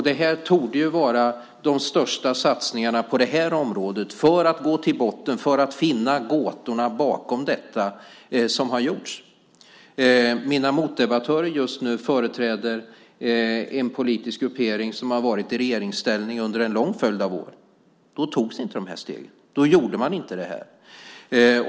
Det här torde ju vara de största satsningar på det här området, för att gå till botten med detta och för att finna gåtorna bakom detta, som har gjorts. Mina motdebattörer just nu företräder en politisk gruppering som har varit i regeringsställning under en lång följd av år. Då togs inte de här stegen. Då gjorde man inte det här.